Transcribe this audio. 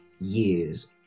years